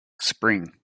spring